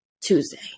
Tuesday